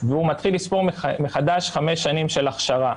והוא מתחיל לספור מחדש חמש שנים של אכשרה.